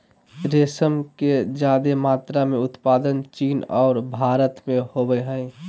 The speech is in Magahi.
रेशम के ज्यादे मात्रा में उत्पादन चीन और भारत में होबय हइ